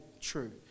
true